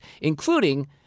including